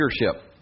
leadership